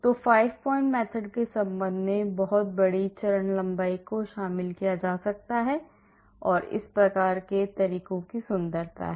तो 5 point method के संबंध में बहुत बड़ी चरण लंबाई को शामिल किया जा सकता है जो इस प्रकार के तरीकों की सुंदरता है